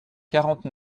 quarante